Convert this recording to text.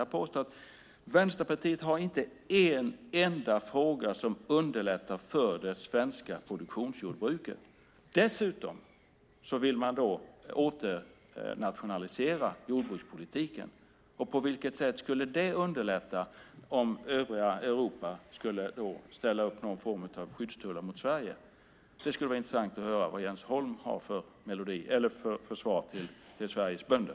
Jag påstår att Vänsterpartiet inte har ett enda förslag som underlättar för det svenska produktionsjordbruket. Dessutom vill man åter nationalisera jordbrukspolitiken. På vilket sätt skulle det underlätta om övriga Europa då skulle sätta upp någon form av skyddstullar mot Sverige? Det skulle vara intressant att höra vad Jens Holm har för svar till Sveriges bönder.